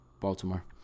Baltimore